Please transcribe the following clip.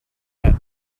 that